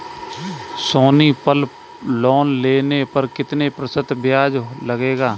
सोनी पल लोन लेने पर कितने प्रतिशत ब्याज लगेगा?